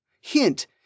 Hint